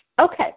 Okay